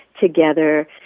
together